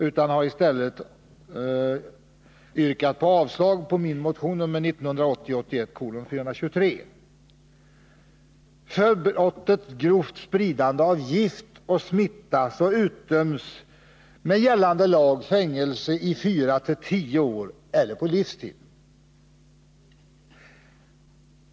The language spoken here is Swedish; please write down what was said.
Utskottet har i stället yrkat avslag på min motion 1980/81:423. För brottet grovt spridande av gift och smitta utdöms med gällande lag fängelse i fyra till tio år eller på livstid.